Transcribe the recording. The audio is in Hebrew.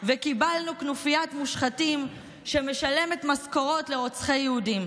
וקיבלנו כנופיית מושחתים שמשלמת משכורות לרוצחי היהודים.